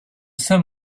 saint